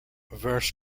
verse